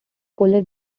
polar